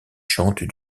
chante